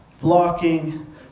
blocking